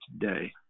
today